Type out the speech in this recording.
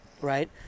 Right